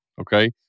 okay